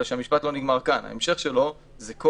אלא המשפט לא נגמר כאן וההמשך שלו אומר ש"כל